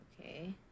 Okay